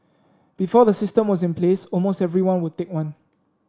before the system was in place almost everyone would take one